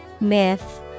Myth